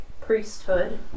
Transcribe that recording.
priesthood